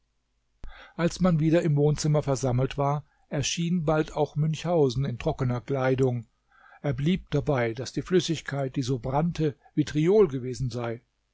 als man wieder im wohnzimmer versammelt war erschien bald auch münchhausen in trockener kleidung er blieb dabei daß die flüssigkeit die so brannte vitriol gewesen sei